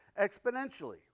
exponentially